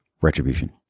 retribution